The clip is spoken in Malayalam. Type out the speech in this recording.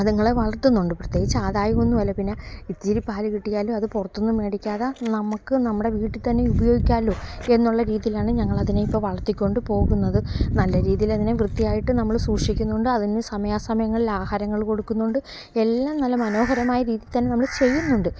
അത്ങ്ങളെ വളർത്തുന്നുണ്ട് പ്രത്യേകിച്ച് ആദായമൊന്നും ഇല്ല പിന്നെ ഇച്ചിരി പാൽ കിട്ടിയാലും അത് പുറത്തുനിന്ന് മേടിക്കാതെ നമുക്ക് നമ്മുടെ വീട്ടിൽത്തന്നെ ഉപയോഗിക്കാലോ എന്നുള്ള രീതിയിലാണ് ഞങ്ങളതിനെ ഇപ്പോൾ വളർത്തിക്കൊണ്ട് പോകുന്നത് നല്ല രീതിയിൽ അതിനെ വൃത്തിയായിട്ട് നമ്മൾ സൂഷിക്കുന്നുണ്ട് അതിന് സമയാസമയങ്ങളിൽ ആഹാരങ്ങൾ കൊടുക്കുന്നുണ്ട് എല്ലാം നല്ല മനോഹരമായ രീതിയിൽത്തന്നെ നമ്മൾ ചെയ്യുന്നുണ്ട്